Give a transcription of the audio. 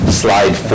slide